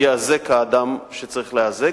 ייאזק האדם שצריך להיאזק,